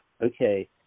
okay